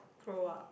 grow up